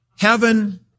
Heaven